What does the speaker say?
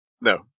no